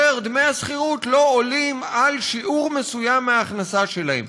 ודמי השכירות לא עולים על שיעור מסוים מההכנסה שלהם.